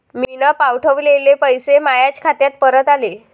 मीन पावठवलेले पैसे मायाच खात्यात परत आले